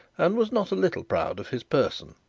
and was not a little proud of his person.